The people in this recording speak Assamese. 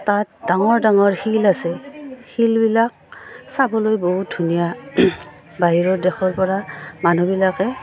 তাত ডাঙৰ ডাঙৰ শিল আছে শিলবিলাক চাবলৈ বহুত ধুনীয়া বাহিৰৰ দেশৰ পৰা মানুহবিলাকে